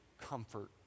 comfort